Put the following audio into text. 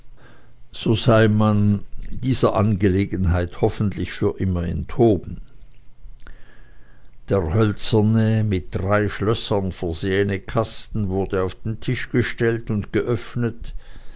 so sei man dieser angelegenheit hoffentlich für immer enthoben der hölzerne mit drei schlössern versehene kasten wurde auf den tisch gestellt und geöffnet